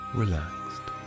relaxed